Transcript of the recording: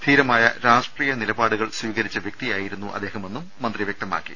ധീരമായ രാഷ്ട്രീയ നിലപാടുകൾ സ്വീകരിച്ച വൃക്തിയായിരുന്നു അദ്ദേഹമെന്നും മന്ത്രി വ്യക്തമാക്കി